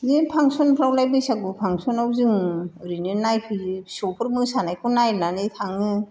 बिदिनो फांसनफ्रावलाय बैसागु फांसनाव जों ओरैनो नायफैयो फिसौफोर मोसानायखौ नायनानै थाङो